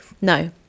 No